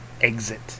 exit